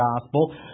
gospel